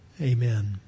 Amen